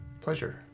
pleasure